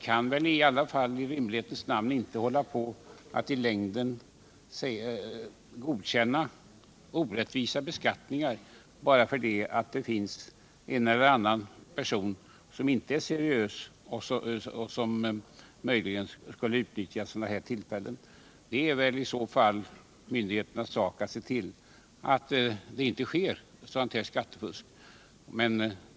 Men vi kan väl i rimlighetens namn inte i längden godkänna orättvisa beskattningar bara därför att det finns en eller annan som inte är seriös och som möjligen skulle utnyttja sådana här tillfällen. Det är i så fall myndigheternas sak att se till att sådant skattefusk inte sker.